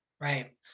Right